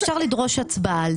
אפשר לדרוש על זה הצבעה,